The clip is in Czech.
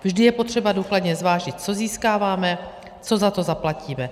Vždy je potřeba důkladně zvážit, co získáváme, co za to zaplatíme.